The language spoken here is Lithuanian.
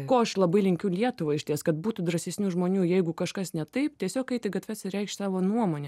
ko aš labai linkiu lietuvai išties kad būtų drąsesnių žmonių jeigu kažkas ne taip tiesiog eit į gatves reikšt savo nuomonę